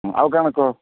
ହଁ ଆଉ କାଣା କହ